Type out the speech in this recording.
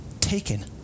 taken